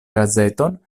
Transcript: gazeton